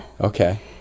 Okay